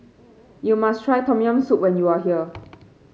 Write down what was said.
you must try Tom Yam Soup when you are here